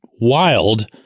wild